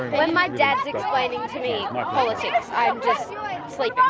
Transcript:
when my dad is explaining to me ah politics, i'm just sleeping.